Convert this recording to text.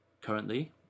currently